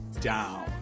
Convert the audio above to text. down